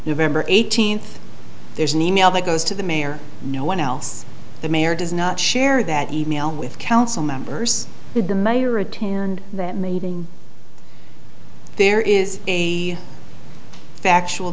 november eighteenth there's an e mail that goes to the mayor no one else the mayor does not share that e mail with council members with the mayor attend that meeting there is a factual